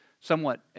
somewhat